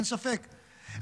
אין ספק,